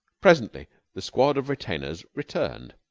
presently the squad of retainers returned,